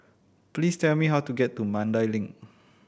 please tell me how to get to Mandai Link